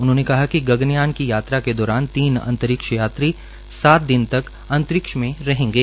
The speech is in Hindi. उन्होंने कहा कि गगनयान की यात्रा के दौरान तीन अंतरिक्ष यात्री सात दिन तक अंतरिक्ष में रहेंगे